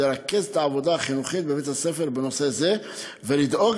לרכז את העבודה החינוכית בבית-הספר בנושא זה ולדאוג